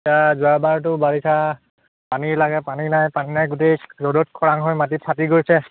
এতিয়া যোৱাবাৰতো বাৰিষা পানী লাগে পানী নাই পানী নাই গোটেই ৰ'দত খৰাং হৈ মাটি ফাটি গৈছে